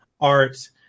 art